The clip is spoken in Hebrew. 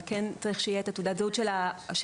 אבל צריך שיהיה תעודת זהות של הנער,